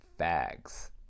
fags